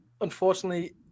unfortunately